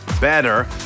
better